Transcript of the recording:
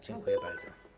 Dziękuję bardzo.